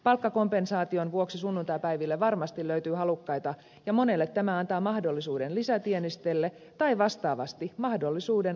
palkkakompensaation vuoksi sunnuntaipäiville varmasti löytyy halukkaita ja monelle tämä antaa mahdollisuuden lisätienestille tai vastaavasti mahdollisuuden arkivapaille